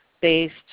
based